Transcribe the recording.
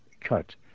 cut